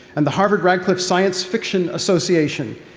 and the harvard-radcliffe science fiction association,